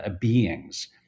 beings